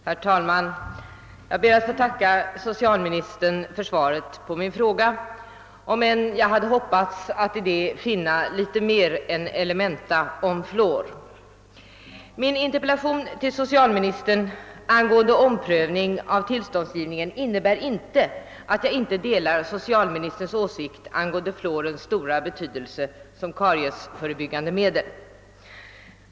Herr talman! Jag ber att få tacka socialministern för svaret på min interpellation, även om jag hade hoppats att i svaret finna litet mer än elementa om fluor. Min interpellation till socialministern angående eventuell omprövning av tillståndsgivningen innebär inte att jag inte delar socialministerns åsikt angående fluorens stora betydelse som kariesförebyggande medel.